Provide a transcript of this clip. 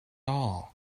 all